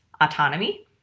autonomy